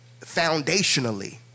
foundationally